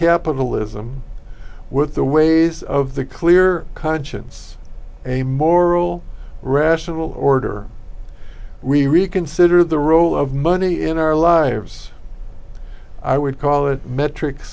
capitalism with the ways of the clear conscience a moral rational order we reconsider the role of money in our lives i would call it metrics